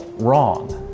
wrong.